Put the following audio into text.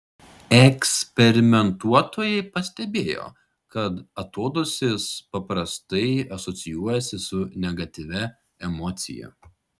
eksperimentuotojai pastebėjo kad atodūsis paprastai asocijuojasi su negatyvia emocija